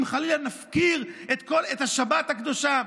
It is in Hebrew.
אם חלילה נפקיר את השבת הקדושה?